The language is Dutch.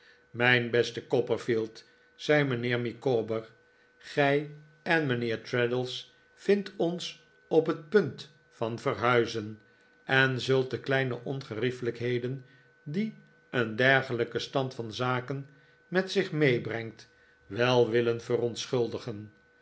mijn beste copperfield zei mijnheer micawber gij en mijnheer traddles vindt ons op net punt van verhuizen en zult de kleine ongeriefelijkheden die een dergelijke stand van zaken met zich meebrengt wel willen yerontschuldigen